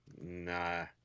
Nah